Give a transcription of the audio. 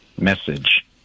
message